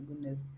goodness